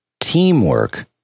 teamwork